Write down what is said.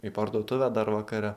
į parduotuvę dar vakare